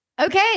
Okay